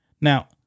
Now